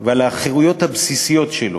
ועל החירויות הבסיסיות שלו.